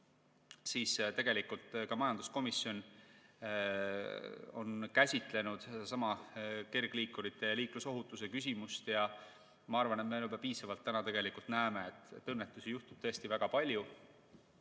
siis tegelikult ka majanduskomisjon on käsitlenud sedasama kergliikurite ja liiklusohutuse küsimust. Ma arvan, et me juba praegu tegelikult näeme, et õnnetusi juhtub tõesti väga palju.